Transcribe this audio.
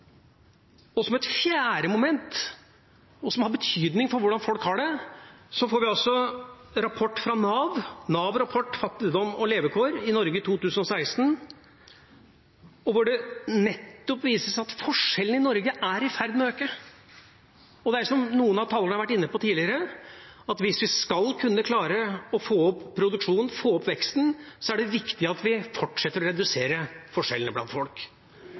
litt spesielt. Et fjerde moment – som har betydning for hvordan folk har det – er en rapport fra Nav, Nav-rapporten Fattigdom og levekår i Norge 2016, som viser at forskjellene i Norge er i ferd med å øke. Det er som noen av talerne har vært inne på tidligere, at hvis vi skal klare å få opp produksjonen, få opp veksten, er det viktig at vi fortsetter å redusere forskjellene blant folk.